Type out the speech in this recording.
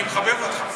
אני מחבב אותך.